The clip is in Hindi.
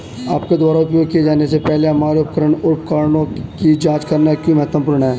आपके द्वारा उपयोग किए जाने से पहले हमारे उपकरण और उपकरणों की जांच करना क्यों महत्वपूर्ण है?